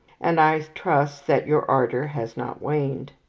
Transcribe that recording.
and i trust that your ardour has not waned.